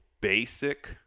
basic